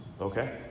Okay